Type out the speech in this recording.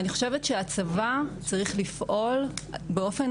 ואני חושבת שהצבא צריך לפעול באופן